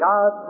God